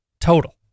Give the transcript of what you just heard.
total